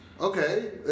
Okay